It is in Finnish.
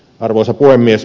arvoisa puhemies